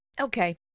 Okay